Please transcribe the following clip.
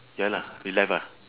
ya lah relive ah